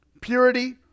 Purity